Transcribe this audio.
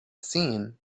seen